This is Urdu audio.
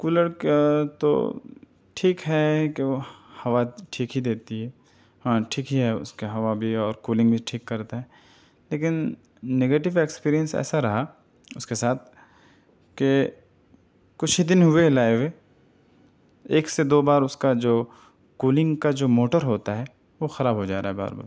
کولر کا تو ٹھیک ہے کہ وہ ہوا ٹھیک ہی دیتی ہے ہاں ٹھیک ہی ہے اس کا ہوا بھی اور کولنگ بھی ٹھیک کرتا ہے لیکن نگیٹو ایکسپیرئنس ایسا رہا اس کے ساتھ کہ کچھ ہی دن ہوئے لائے ہوئے ایک سے دو بار اس کا جو کولنگ کا جو موٹر ہوتا ہے وہ خراب ہو جا رہا ہے بار بار